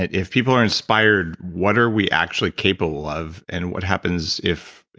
if people are inspired what are we actually capable of and what happens if,